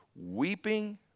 weeping